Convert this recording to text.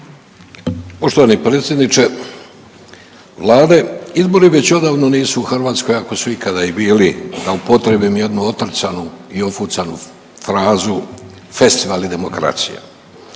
Poštovani predsjedniče vlade, izbori već odavno nisu u Hrvatskoj ako su ikada i bili da upotrijebim jednu otrcanu i ofucanu frazu, festivali demokracije.